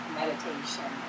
meditation